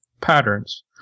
patterns